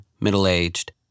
middle-aged